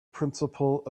principle